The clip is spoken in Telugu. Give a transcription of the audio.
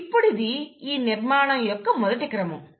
ఇప్పుడిది ఈ నిర్మాణం యొక్క మొదటి క్రమం